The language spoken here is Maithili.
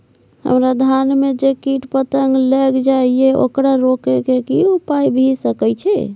हमरा धान में जे कीट पतंग लैग जाय ये ओकरा रोके के कि उपाय भी सके छै?